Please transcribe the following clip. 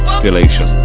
Population